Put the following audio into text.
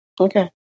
Okay